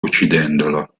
uccidendolo